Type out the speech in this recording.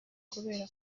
kubera